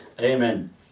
Amen